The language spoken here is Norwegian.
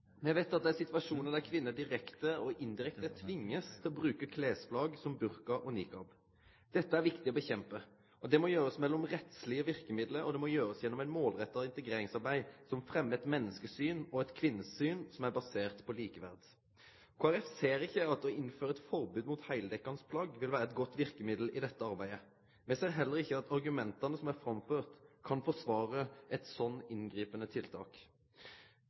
Me veit at det er situasjonar der kvinner direkte og indirekte blir tvinga til å bruke klesplagg som burka og niqab. Dette er det viktig å kjempe mot. Det må gjerast med rettslege verkemiddel, og det må gjerast gjennom eit målretta integreringsarbeid som fremmer eit menneskesyn og eit kvinnesyn som er basert på likeverd. Kristeleg Folkeparti ser ikkje at det å innføre eit forbod mot heildekkjande plagg vil vere eit godt verkemiddel i dette arbeidet. Me ser heller ikkje at argumenta som er framførte, kan forsvare eit slikt inngripande tiltak.